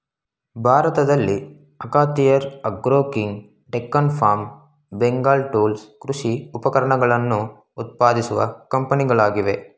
ಭಾರತದಲ್ಲಿ ಅಖಾತಿಯಾರ್ agro king, Deccan farm, Bengal tools ಕೃಷಿ ಉಪಕರಣಗಳನ್ನು ಉತ್ಪಾದಿಸುವ ಕಂಪನಿಗಳಾಗಿವೆ